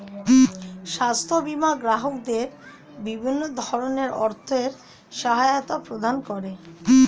স্বাস্থ্য বীমা গ্রাহকদের বিভিন্ন ধরনের আর্থিক সহায়তা প্রদান করে